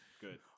good